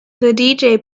the